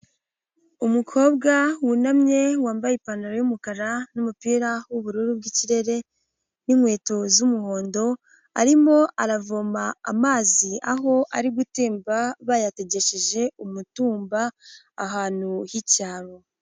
Umukobwa wunamye, wambaye ipantaro y'umukara n'umupira w'ubururu bw'ikirere n'inkweto z'umuhondo, arimo aravoma amazi aho ari gutemba bayategesheje umutumba, ahantu h'icyaro.